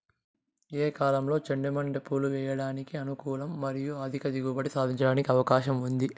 ఏ కాలంలో చెండు మల్లె పూలు వేయడానికి అనుకూలం మరియు అధిక దిగుబడి సాధించడానికి అవకాశం ఉంది?